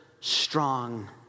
strong